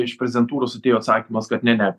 iš prezidentūros atėjo atsakymas kad ne ne